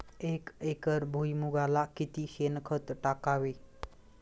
एक एकर भुईमुगाला किती शेणखत टाकावे?